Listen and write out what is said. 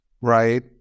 right